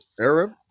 Arab